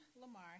Lamar